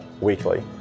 weekly